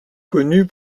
connu